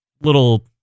Little